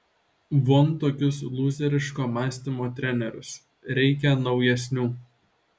von tokius lūzeriško mąstymo trenerius reikia naujesnių